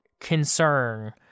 concern